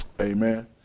amen